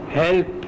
help